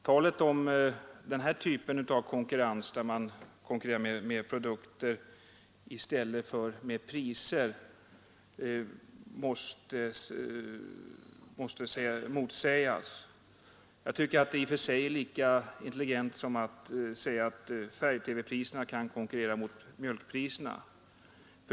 Påståendet att man konkurrerar med produkter i stället för med priser måste motsägas. Jag tycker att det i och för sig är lika intelligent som att säga att färg-TV-priserna kan konkurrera med mjölkpriserna.